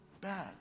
bad